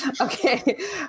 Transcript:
Okay